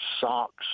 socks